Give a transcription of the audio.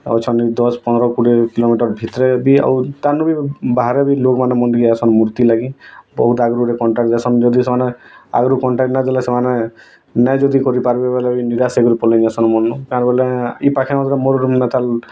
ଅଛନ୍ତି ଦଶ ପନ୍ଦର କୋଡ଼ିଏ କିଲୋମିଟର ଭିତରେ ବି ଆଉ ତାନୁ ବାହାରେ ବି ଲୋକ୍ମାନ ମଗେଇ ଆସନ୍ ମୂର୍ତ୍ତି ଲାଗି ବହୁତ ଆଗରୁ ସେ କଣ୍ଟାକ୍ଟ କରସନ୍ ଯଦି ସେମାନେ ଆଗରୁ କଣ୍ଟାକ୍ଟ ନ ଦେଲେ ସେମାନେ ନାଇଁ ଯଦି କରି ପାରିବେ ବୋଲେ ନିରାଶ ହୋଇ ପଲେଇ ଯାଇସନ୍ ମନୁ ତା' ବୋଲେ ଇ ପାଖେ ମୋର ରୁମ୍ଟା